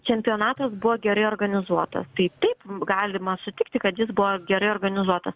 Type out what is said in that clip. čempionatas buvo gerai organizuotas tai taip galima sutikti kad jis buvo gerai organizuotas